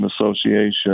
Association